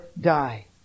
die